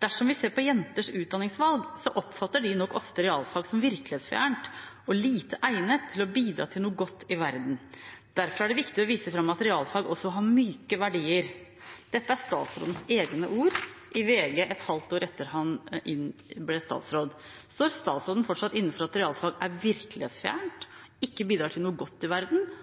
«Dersom vi ser på jenters utdanningsvalg, så oppfatter de nok ofte realfag som virkelighetsfjernt og lite egnet til å bidra til noe godt i verden. Derfor er det viktig å vise frem at realfag også har myke verdier.» Dette er statsrådens egne ord i VG et halvt år etter at han ble statsråd. Står statsråden fortsatt inne for at realfag er virkelighetsfjernt og ikke bidrar til noe godt i verden,